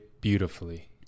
beautifully